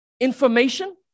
Information